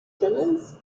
dinners